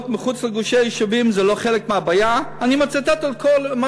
מחוץ לגושי היישובים זה לא חלק מהבעיה?" אני מצטט הכול,